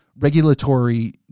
regulatory